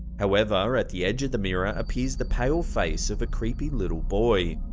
however at the edge of the mirror appears the pale face of a creepy little boy.